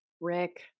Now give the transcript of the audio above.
Rick